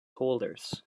holders